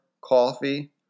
coffee